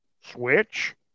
switch